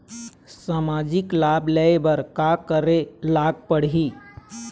सामाजिक लाभ ले बर का करे ला पड़ही?